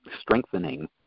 strengthening